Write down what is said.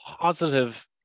positive